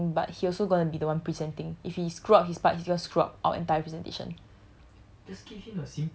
bond is one thing but he also gonna be the one presenting if he screwed up his part he's gonna screw up all our entire presentation